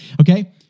Okay